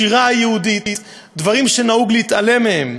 השירה היהודית, דברים שנהוג להתעלם מהם.